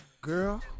Girl